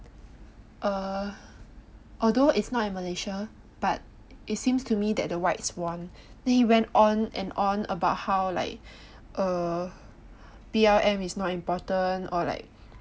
err although it's not in Malaysia but it seems to me that the whites won then he went on and on about how like err B_L_M is not important or like